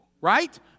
right